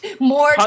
More